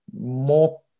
more